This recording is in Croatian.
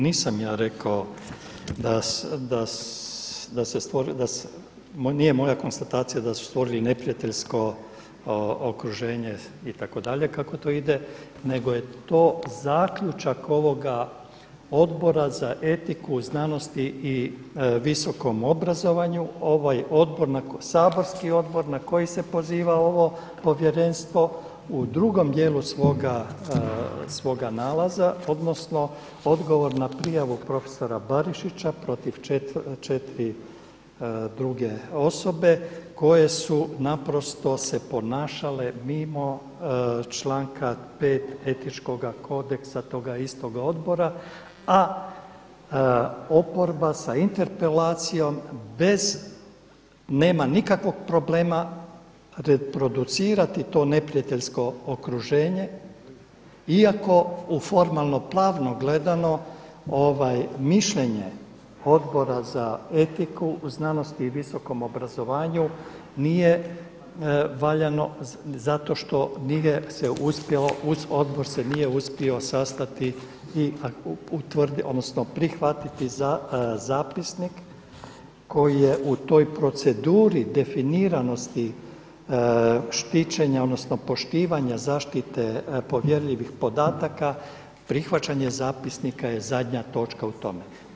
Nisam ja rekao da, nije moja konstatacija da su stvorili neprijateljsko okruženje itd. kako to ide nego je to zaključak ovoga Odbora za etiku, znanost i visoko obrazovanje, ovaj saborski odbor na koji se poziva ovo povjerenstvo u drugom dijelu svoga nalaza odnosno odgovor na prijavu profesora Barišića protiv četiri druge osobe koje su naprosto se ponašale mimo članka 5. Etičkog kodeksa tog istog odbora a oporba sa interpelacijom bez, nema nikakvog problema reproducirati to neprijateljsko okruženje iako u formalno pravno gledano mišljenje Odbora za etiku, znanost i visoko obrazovanje nije valjano zato što nije se uspjelo, odbor se nije uspio sastati odnosno prihvatiti zapisnik koji je u toj proceduri definiranosti štićenja odnosno poštivanja zaštite povjerljivih podataka, prihvaćanje zapisnika je zadnja točka u tome.